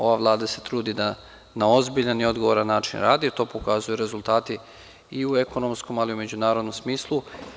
Ova Vlada se trudi da na ozbiljan i odgovoran način radi, to pokazuju rezultati i u ekonomskom, ali i u međunarodnom smislu.